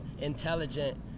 intelligent